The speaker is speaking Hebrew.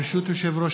בראבו, אורי.